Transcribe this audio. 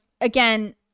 again